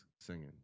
singing